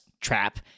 trap